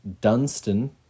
Dunstan